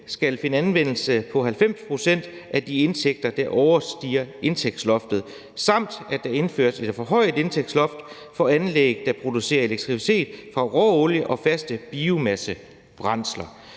skal finde anvendelse på 90 pct. af de indtægter, der overstiger indtægtsloftet, samt at der indføres et forhøjet indtægtsloft for anlæg, der producerer elektricitet fra råolie og faste biomassebrændsler.